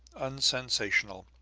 unsensational,